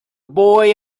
boy